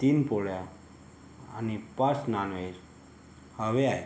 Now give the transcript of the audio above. तीन पोळ्या आणि पाच नानएज हवे आहे